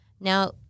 Now